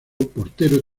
portero